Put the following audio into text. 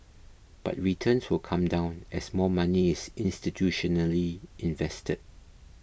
but returns will come down as more money is institutionally invested